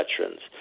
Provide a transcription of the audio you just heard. veterans